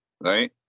right